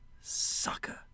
sucker